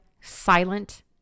silent